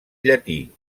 llatí